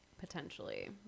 potentially